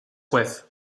juez